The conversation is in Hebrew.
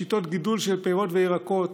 שיטות גידול של פירות וירקות,